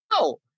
No